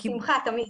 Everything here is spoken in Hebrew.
בשמחה, תמיד.